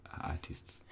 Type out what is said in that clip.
artists